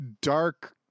dark